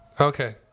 Okay